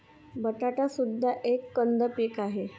बटाटा सुद्धा एक कंद पीक आहे